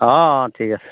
অঁ অঁ ঠিক আছে